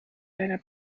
deiner